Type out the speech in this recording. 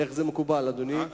איך זה מקובל, אדוני?